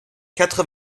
quatre